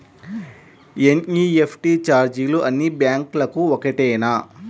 NEFT ఛార్జీలు అన్నీ బ్యాంక్లకూ ఒకటేనా?